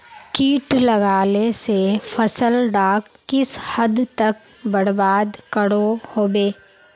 किट लगाले से फसल डाक किस हद तक बर्बाद करो होबे?